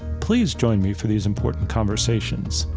please join me for these important conversations.